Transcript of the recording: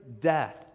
death